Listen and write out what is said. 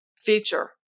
feature